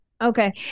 Okay